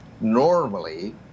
normally